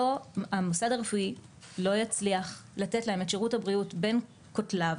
המוסד הרפואי לא יצליח לתת להם את שירות הבריאות בין כתליו,